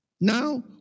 Now